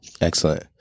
Excellent